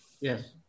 yes